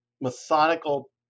methodical